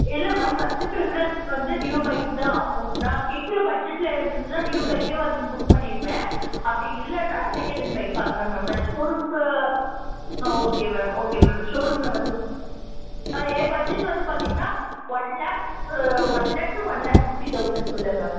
இல்லை ma'am first preference வந்து new bike தான் நான் கேக்கிற பட்ஜெட்டில் இருந்துச்சுன்னா நியூ பைக்கே வந்து புக் பண்ணிவிடுவேன் அப்டியில்லைனா செகனென்டு பைக் பார்க்குறேன் மேம் ஷோரூமுக்கு ஆ ஓகே மேம் ஓகே மேம் ஷோரூமில் வந்து ஆ என் பட்ஜெட் வந்து பார்த்தீங்கனா one lakh one lakh to one lakh fifty தொளசண்ட்க்குள்ளே மேம்